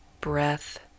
breath